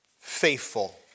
faithful